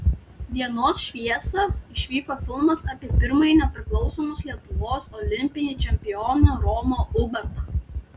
dienos šviesą išvyko filmas apie pirmąjį nepriklausomos lietuvos olimpinį čempioną romą ubartą